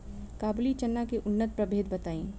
काबुली चना के उन्नत प्रभेद बताई?